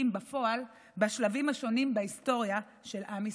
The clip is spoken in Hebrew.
בפועל בשלבים השונים בהיסטוריה של עם ישראל.